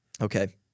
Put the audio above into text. Okay